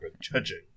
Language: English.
judging